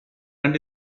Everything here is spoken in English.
and